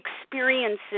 experiences